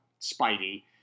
Spidey